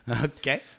Okay